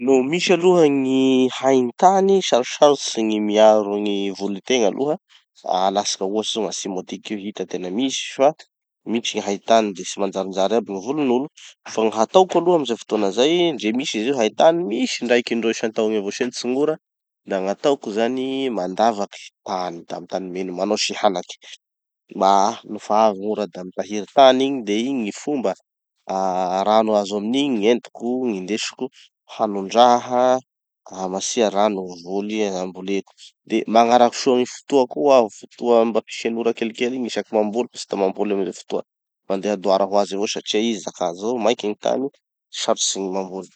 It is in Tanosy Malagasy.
No misy aloha gny haintany, sarosarotsy gny miaro gny voly tegna aloha. Fa alatsika ohatsy zao gn'atsimo atiky io, hita tena misy fa misy gny haintany de tsy manjarinjary aby gny volin'olo. Fa gny hataoko aloha amy ze fotoana zay, ndre misy izy io haintany, misy indraiky indroa isan-tao egny avao sinitsy gn'ora, da gn'ataoko zany mandavaky tany, da amy tany mena igny manao sihanaky. Da nofa avy gn'ora da mitahiry tany igny de igny gny fomba ah rano azo aminigny gn'entiko gn'indesiko hanondraha vo hamatsia rano gny voly hamboleko. De magnaraky soa gny fotoa koa aho, fotoa mba fisian'ora kelikely igny isaky mamboly fa tsy da mamboly amy ze fotoa, mandeha doara hoazy avao satria izy zakà zao, maiky gny tany, sarotsy gny mamboly.